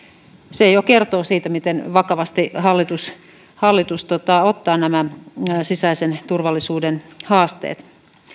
se jo kertoo siitä miten vakavasti hallitus hallitus ottaa nämä sisäisen turvallisuuden haasteet